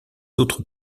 autres